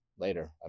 later